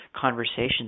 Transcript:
conversation